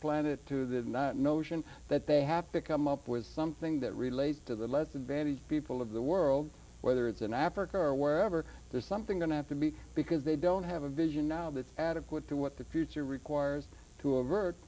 planet to that not notion that they have to come up with something that relates to the less advantaged people of the world whether it's in africa or wherever there's something going to have to be because they don't have a vision now that adequate to what the future requires to avert